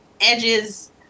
edges